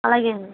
అలాగే అండి